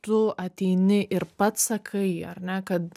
tu ateini ir pats sakai ar ne kad